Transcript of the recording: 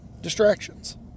distractions